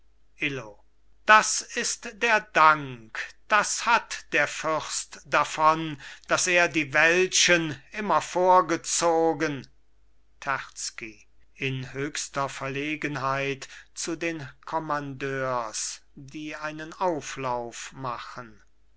das ist der dank das hat der fürst davon daß er die welschen immer vorgezogen terzky in höchster verlegenheit zu den kommandeurs die einen auflauf machen